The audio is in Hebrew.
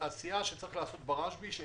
אומר את זה בשני הקשרים.